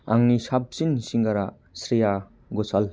आंनि साबसिन सिंगारा स्रिया गसाल